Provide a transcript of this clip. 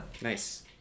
Nice